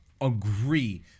agree